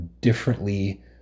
differently